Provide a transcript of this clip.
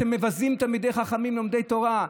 אתם מבזים תלמידי חכמים לומדי תורה.